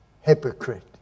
hypocrite